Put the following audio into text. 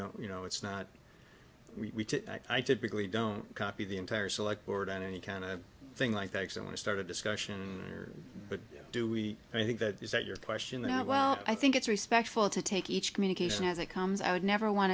don't you know it's not we i typically don't copy the entire select board on any kind of thing like tax i want to start a discussion but do we i think that is that your question now well i think it's respectful to take each communication as it comes i would never want